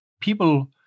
people